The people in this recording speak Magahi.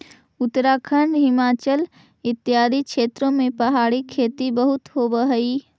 उत्तराखंड, हिमाचल इत्यादि क्षेत्रों में पहाड़ी खेती बहुत होवअ हई